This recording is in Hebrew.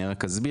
אני רק אסביר,